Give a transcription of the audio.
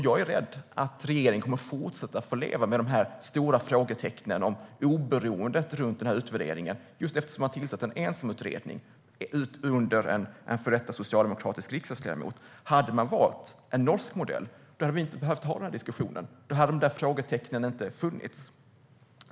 Jag är rädd för att regeringen kommer att få fortsätta att leva med de stora frågetecknen om oberoendet runt utvärderingen just för att man tillsatt en ensamutredning under en före detta socialdemokratisk riksdagsledamot. Hade regeringen valt den norska modellen skulle vi inte ha behövt ha den här diskussionen. Då hade frågetecknen inte funnits.